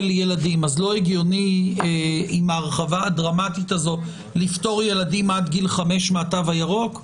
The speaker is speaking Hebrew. לא הגיוני עם ההרחבה הדרמטית הזאת לפטור ילדים עד גיל 5 מהתו הירוק?